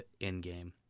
Endgame